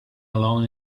along